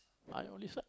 my only son